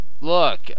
Look